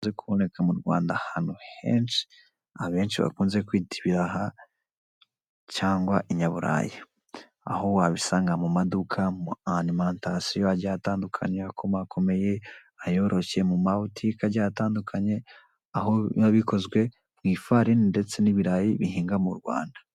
Bikunze kuboneka mu Rwanda ahantu henshi , abenshi bakunze kwita ibiraha cyangwa inyaburayi, aho wabisanga mu maduka, mu alematasiyo agiye atandukanye akomakomeye, ayoroshye, muma butike agiye atandukanye, ao biba bikozwe mu ifarini ndetse n'ibirayi bihinga mu Rwanda.